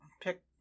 pick